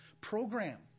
program